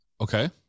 Okay